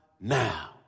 now